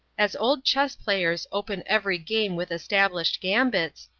as old chess-players open every game with established gambits,